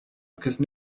because